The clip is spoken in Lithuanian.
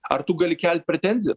ar tu gali kelt pretenziją